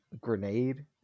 grenade